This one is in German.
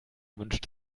wünscht